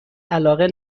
علاقه